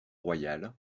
royal